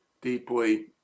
deeply